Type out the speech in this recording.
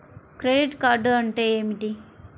Credit card అంటే ఏమిటి?